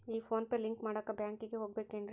ಈ PhonePe link ಮಾಡಾಕ ಬ್ಯಾಂಕಿಗೆ ಹೋಗ್ಬೇಕೇನ್ರಿ?